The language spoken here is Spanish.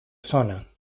zona